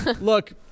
look